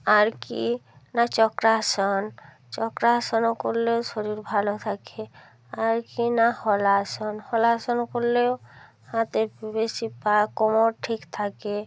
আর কী না চক্রাসন চক্রাসনও করলেও শরীর ভালো থাকে আর কী না হলাসন হলাসন করলেও হাতের পেশী পা কোমর ঠিক থাকে